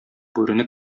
бүрене